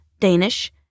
Danish